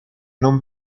non